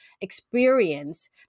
experience